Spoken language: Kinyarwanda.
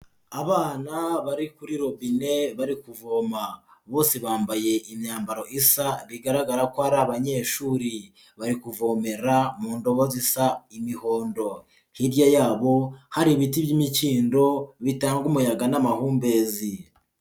Abana bari kuri robine bari kuvoma, bose bambaye imyambaro isa bigaragara ko ari abanyeshuri, bari kuvomera mu ndobo zisa imihondo, hirya yabo hari ibiti by'imikindo bitanga umuyaga n'amahumbezi.